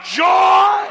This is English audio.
joy